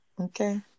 okay